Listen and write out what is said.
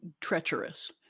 treacherous